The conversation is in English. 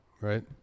Right